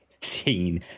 scene